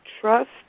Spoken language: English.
trust